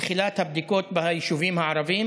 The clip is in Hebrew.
בתחילת הבדיקות ביישובים הערביים.